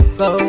go